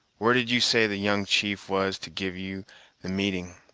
where did you say the young chief was to give you the meeting?